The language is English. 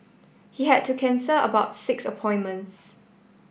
he had to cancel about six appointments